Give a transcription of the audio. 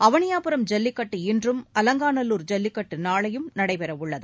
அவனியாபுரம் ஜல்லிக்கட்டு இன்றும் அலங்காநல்லூர் ஜல்லிக்கட்டு நாளையும் நடைபெற உள்ளது